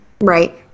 Right